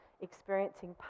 experiencing